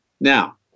Now